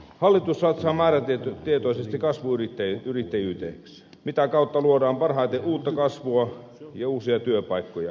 hallitus satsaa määrätietoisesti kasvuyrittäjyyteen mitä kautta luodaan parhaiten uutta kasvua ja uusia työpaikkoja